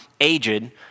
aged